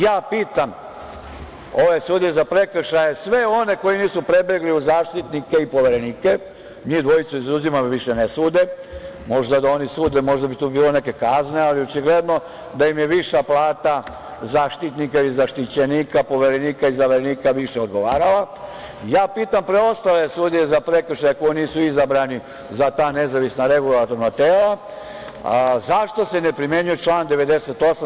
Ja pitam ove sudije za prekršaje, sve one koji nisu prebegli u zaštitnike i poverenike, njih dvojicu izuzimam jer više ne sude, možda da oni sude, možda bi tu bilo neke kazne, ali očigledno da im je viša plata Zaštitnika ili zaštićenika, Poverenika ili zaverenika više odgovarala, ja pitam preostale sudije za prekršaje koji nisu izabrani za ta nezavisna regulatorna tela – zašto se ne primenjuje član 98.